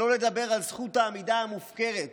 שלא לדבר על זכות העמידה המופקרת